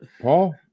Paul